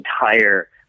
entire